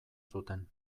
zuten